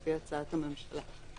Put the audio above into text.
לפי הצעת הממשלה,